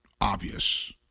obvious